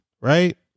right